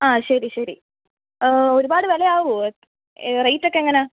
ആ ശരി ശരി ഒരുപാട് വില ആവുമോ റേറ്റ് ഒക്കെ എങ്ങനെയാണ്